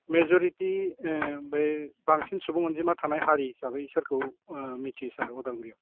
majority बै बांसिन सुबुं अनजिमा थानाय हारि हिसाबै सोरखौ मिथियो सार अदालगुरियाव